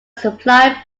supplied